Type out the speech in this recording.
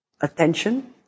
attention